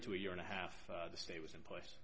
year to a year and a half the state was in place